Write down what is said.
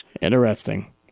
Interesting